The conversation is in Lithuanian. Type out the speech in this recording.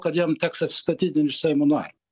kad jam teks atsistatydint iš seimo nario